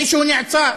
מישהו נעצר,